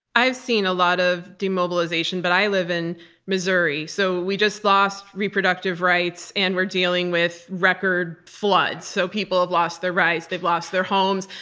i've seen a lot of demobilization, but i live in missouri, so we just lost reproductive rights and we're dealing with record floods. so people have lost their rights, they've lost their homes.